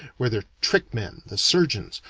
where their trick-men, the surgeons,